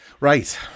Right